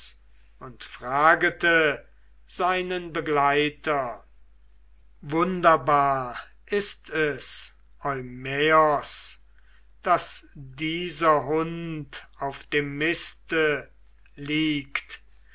und fragete seinen begleiter wunderbar ist es eumaios daß dieser hund auf dem miste liegt